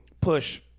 Push